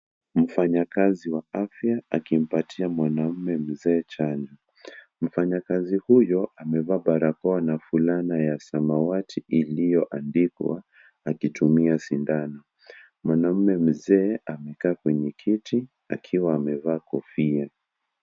Mfanyakazi wa afya akimpatia mwanamume mzee chai. Mfanyakazi huyo amevaa barakoa na fulana ya samawati iliyoandikwa akitumia sindano. Mwanamume mzee amekaa kwenye kiti akiwa amevaa kofia.